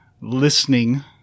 listening